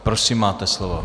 Prosím, máte slovo.